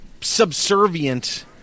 subservient